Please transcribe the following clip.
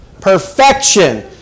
Perfection